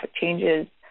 changes